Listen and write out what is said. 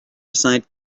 aside